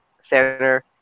Center